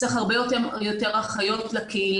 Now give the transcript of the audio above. צריך הרבה יותר אחיות לקהילה,